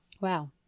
Wow